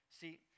See